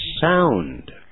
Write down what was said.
sound